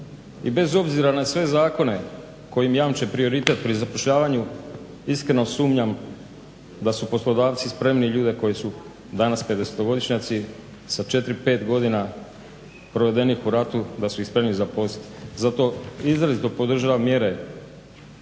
i bez obzira na sve zakone koji im jamče prioritet pri zapošljavanju iskreno sumnjam da su poslodavci spremni ljude koji su danas 50-godišnjaci sa 4, 5 godina provedenih u ratu da su ih spremni zaposliti. Zato izrazito podražavam mjere